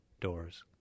doors